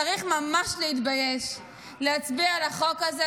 צריך ממש להתבייש להצביע על החוק הזה,